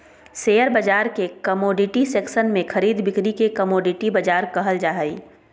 share बाजार के commodity section में खरीद बिक्री के कमोडिटी बाजार कहल जा हइ